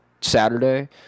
Saturday